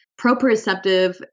proprioceptive